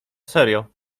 serio